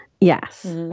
yes